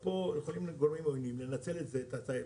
גורמים עוינים יכולים לנצל את זה,